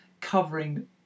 covering